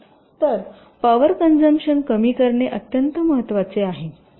तर power consumption कमी करणे अत्यंत महत्त्वाचे आहे